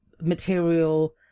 material